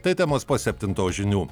tai temos po septintos žinių